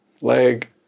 leg